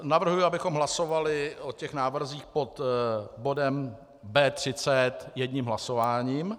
Navrhuji, abychom hlasovali o těch návrzích pod bodem B30 jedním hlasováním.